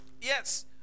Yes